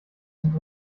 zum